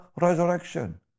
resurrection